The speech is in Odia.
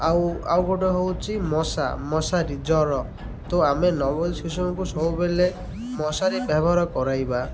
ଆଉ ଆଉ ଗୋଟେ ହେଉଛି ମଶା ମଶାରୀ ଜ୍ୱର ତ ଆମେ ନବଜାତ ଶିଶୁମାନଙ୍କୁ ସବୁବେଳେ ମଶାରି ବ୍ୟବହାର କରାଇବା